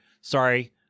Sorry